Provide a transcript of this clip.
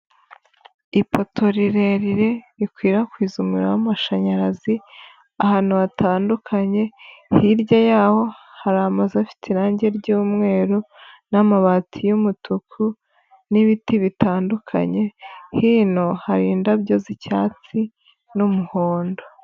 Ipoto rirerire, rikwirakwiza umuriro w'amashanyarazi, ahantu hatandukanye, hirya yaho, hari amazu afite irangi ry'umweru, n'amabati y'umutuku, n'ibiti bitandukanye, hino hari indabyo z'icyatsi n'umuhondo.